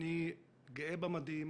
אני גאה במדים,